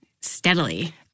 steadily